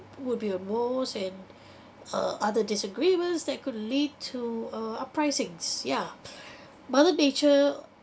would be a most and uh other disagreements that could lead to a uprisings yeah mother nature